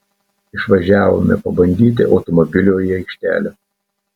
išvažiavome pabandyti automobilio į aikštelę